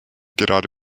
gerade